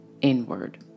inward